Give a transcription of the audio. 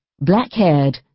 black-haired